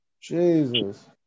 Jesus